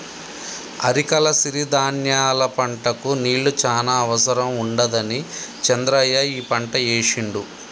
అరికల సిరి ధాన్యాల పంటకు నీళ్లు చాన అవసరం ఉండదని చంద్రయ్య ఈ పంట ఏశిండు